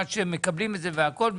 עד שהם מקבלים את זה והכול.